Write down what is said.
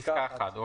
פסקה (1).